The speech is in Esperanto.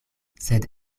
sed